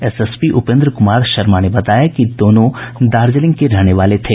SSP Upendra Kumar Sharma ने बताया कि दोनों दार्जलिंग के रहने वाले थे